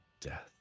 death